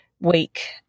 week